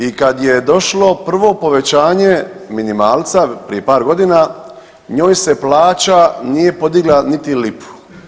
I kad je došlo prvo povećanje minimalca prije par godina njoj se plaća nije podigla niti lipu.